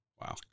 Wow